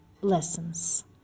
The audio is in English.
lessons